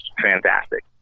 fantastic